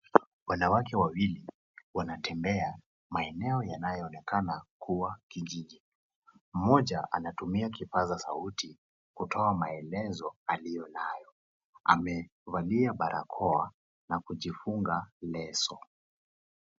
Wanawake wawili wanatembea maeneo yanayoonekana kuwa kijiji. Mmoja anatumia kipaza sauti kutoa maelezo aliyo nayo. Amevalia barakoa na kujifunga leso.